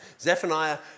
Zephaniah